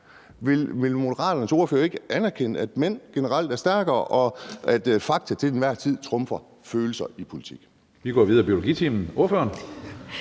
Vil Moderaternes ordfører ikke anerkende, at mænd generelt er stærkere, og at fakta i politik til enhver tid trumfer følelser? Kl. 15:33 Tredje næstformand (Karsten